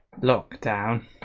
lockdown